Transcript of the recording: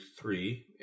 three